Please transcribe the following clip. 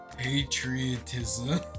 Patriotism